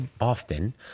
often